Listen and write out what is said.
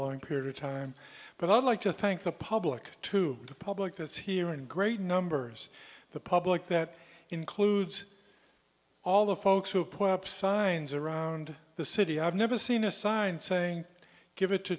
long period of time but i'd like to thank the public to the public that's here in great numbers the public that includes all the folks who put up signs around the city i've never seen a sign saying give it to